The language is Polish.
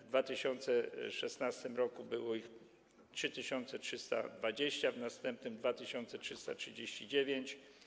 W 2016 r. było ich 3320, w następnym - 2339.